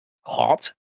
hot